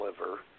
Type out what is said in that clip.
liver